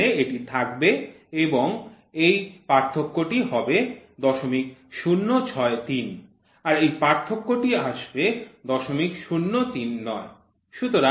এখানে এটি থাকবে এবং এই পার্থক্যটি হবে ০০৬৩ আর এই পার্থক্যটি আসবে ০০৩৯